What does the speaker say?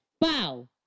bow